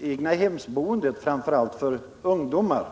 egnahemsboendet framför allt för unga människor.